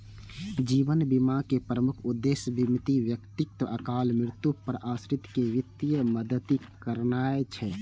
जीवन बीमाक प्रमुख उद्देश्य बीमित व्यक्तिक अकाल मृत्यु पर आश्रित कें वित्तीय मदति करनाय छै